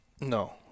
No